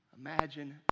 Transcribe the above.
Imagine